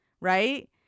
right